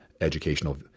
educational